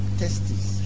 testes